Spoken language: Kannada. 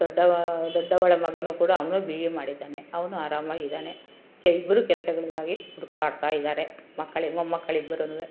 ದೊಡ್ಡವ ದೊಡ್ಡವಳ ಮಗನೂ ಕೂಡ ಅವನೂ ಬಿ ಎ ಮಾಡಿದ್ದಾನೆ ಅವನೂ ಆರಾಮಾಗಿದ್ದಾನೆ ಇಬ್ಬರೂ ಕೆಲಸಗಳಿಗಾಗಿ ಹುಡ್ಕಾಡ್ತಾ ಇದ್ದಾರೆ ಮಕ್ಕಳಿ ಮೊಮ್ಮಕ್ಕಳಿಬ್ಬರುನು